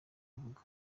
uvuga